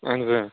اہن حظ اۭں